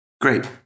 Great